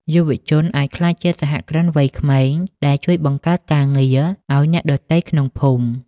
យុវជនអាចក្លាយជាសហគ្រិនវ័យក្មេងដែលជួយបង្កើតការងារឱ្យអ្នកដទៃក្នុងភូមិ។